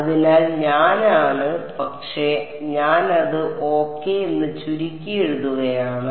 അതിനാൽ ഞാനാണ് പക്ഷേ ഞാൻ അത് ഓകെ എന്ന് ചുരുക്കി എഴുതുകയാണ്